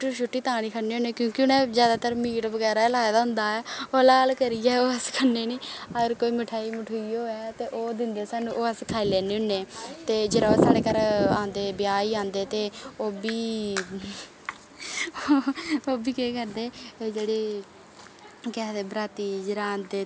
रुट्टी तां निं खन्ने क्योंकि उनें जादै मीट बनाए दा होंदा ऐ ओह् हलाल करियै अस खन्नै निं ते कोई मठाई होऐ ते ओह् दिंदे स्हानू ओह् अस खाई लैन्ने होन्ने ते जेल्लै साढ़े घर आंदे ब्याह गी आंदे ते ओह्बी ओह्बी केह् करदे जेह्ड़े बराती जेल्लै आंदे